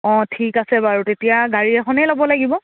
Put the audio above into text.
অঁ ঠিক আছে বাৰু তেতিয়া গাড়ী এখনেই ল'ব লাগিব